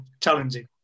challenging